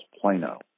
Plano